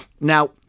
Now